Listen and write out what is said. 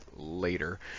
Later